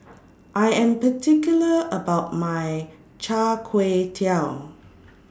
I Am particular about My Char Kway Teow